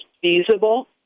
feasible